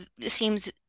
seems